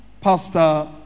pastor